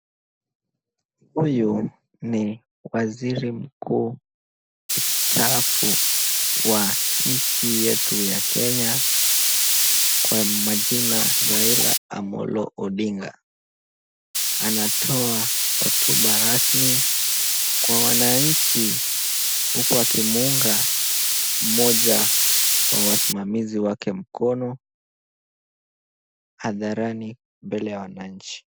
Huyu ni waziri mkuu mstaafu wa nchi yetu ya Kenya kwa majina Raila Amollo Odinga anatoa hotuba rasmi kwa wananchi huku akimuunga mmoja wa wasimamizi wake mkono hadharani mbele ya wananchi.